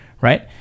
right